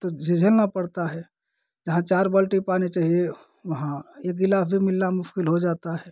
तो झेलना पड़ता है जहाँ चार बाल्टी पानी चाहिए वहाँ एक गिलास भी मिलना मुश्किल हो जाता है